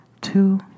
two